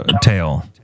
tail